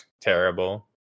Terrible